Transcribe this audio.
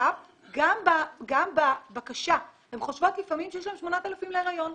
הן חושבות לפעמים שיש להן 8,000 להריון.